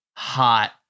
Hot